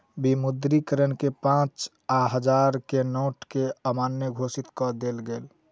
विमुद्रीकरण में पाँच आ हजार के नोट के अमान्य घोषित कअ देल गेल